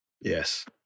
Yes